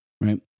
right